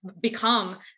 become